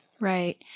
Right